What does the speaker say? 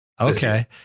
Okay